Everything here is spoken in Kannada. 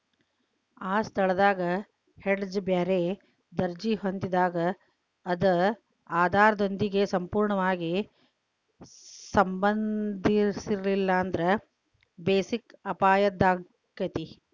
ಆ ಸ್ಥಳದಾಗ್ ಹೆಡ್ಜ್ ಬ್ಯಾರೆ ದರ್ಜಿ ಹೊಂದಿದಾಗ್ ಅದ ಆಧಾರದೊಂದಿಗೆ ಸಂಪೂರ್ಣವಾಗಿ ಸಂಬಂಧಿಸಿರ್ಲಿಲ್ಲಾಂದ್ರ ಬೆಸಿಕ್ ಅಪಾಯಾಕ್ಕತಿ